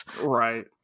right